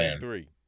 three